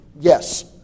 Yes